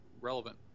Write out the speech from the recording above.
relevant